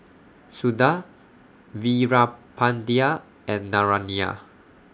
Suda Veerapandiya and Naraina